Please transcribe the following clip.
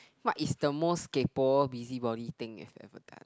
what is the most kaypoh busybody thing you have ever done